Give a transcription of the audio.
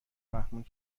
فهموند